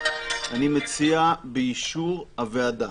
יבוא: "באישור הוועדה".